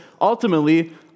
ultimately